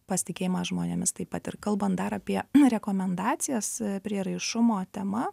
pasitikėjimą žmonėmis taip pat ir kalban dar apie rekomendacijas prieraišumo tema